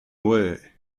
away